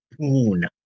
poon